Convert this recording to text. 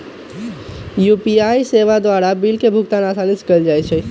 UPI सेवा द्वारा bill के भुगतान असानी से कएल जा सकइ छै